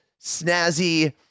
snazzy